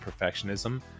perfectionism